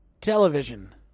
Television